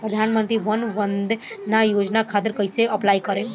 प्रधानमंत्री वय वन्द ना योजना खातिर कइसे अप्लाई करेम?